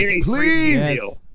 please